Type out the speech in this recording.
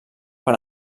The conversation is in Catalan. per